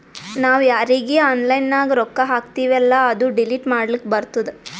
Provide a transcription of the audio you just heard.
ನಾವ್ ಯಾರೀಗಿ ಆನ್ಲೈನ್ನಾಗ್ ರೊಕ್ಕಾ ಹಾಕ್ತಿವೆಲ್ಲಾ ಅದು ಡಿಲೀಟ್ ಮಾಡ್ಲಕ್ ಬರ್ತುದ್